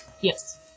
Yes